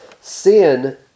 sin